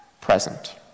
present